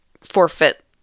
forfeit